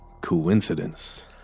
coincidence